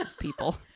people